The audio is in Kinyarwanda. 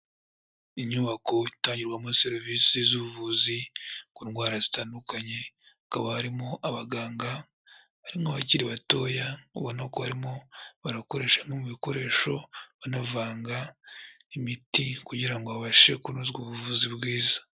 Inyubako itangirwamo serivisi z'ubuvuzi ku ndwara zitandukanye, hakaba harimo abaganga barimo abakiri batoya, ubona ko barimo barakoresha bimwe mu bikoresho banavanga imiti kugira babashe kunozwa ubuvuzi bwiza.